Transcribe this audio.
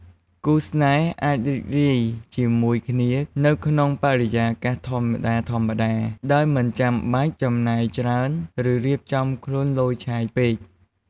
គូស្នេហ៍អាចរីករាយជាមួយគ្នានៅក្នុងបរិយាកាសធម្មតាៗ ដោយមិនចាំបាច់ចំណាយច្រើន ឬរៀបចំខ្លួនឡូយឆាយពេក។